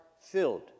filled